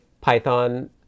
Python